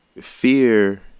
fear